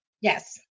Yes